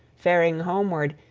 faring homeward,